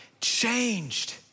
changed